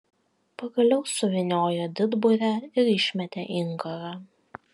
pagaliau suvyniojo didburę ir išmetė inkarą